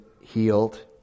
healed